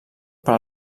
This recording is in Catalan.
per